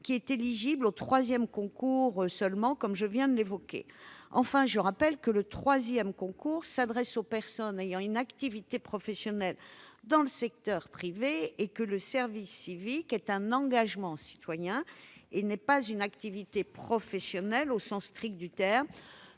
seulement éligible au troisième concours, comme je viens de le souligner. Enfin, je rappelle que le troisième concours s'adresse aux personnes ayant une activité professionnelle dans le secteur privé et que le service civique est un engagement citoyen, pas une activité professionnelle au sens strict du terme.